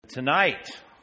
tonight